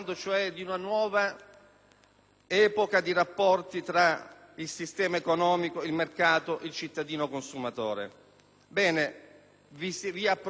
epoca di rapporti tra il sistema economico, il mercato, il cittadino consumatore. Ebbene, vi approverete tra qualche